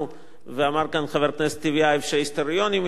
ואמר כאן חבר הכנסת טיבייב שההיסטוריונים יחליטו,